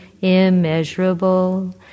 immeasurable